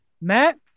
Matt